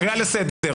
קריאה לסדר.